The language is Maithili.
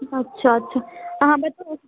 अच्छा अच्छा अहाँ बताउ